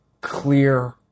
clear